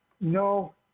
No